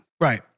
Right